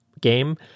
game